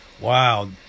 wow